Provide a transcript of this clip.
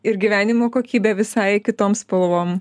ir gyvenimo kokybė visai kitom spalvom